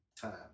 time